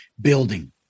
building